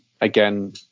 again